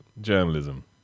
journalism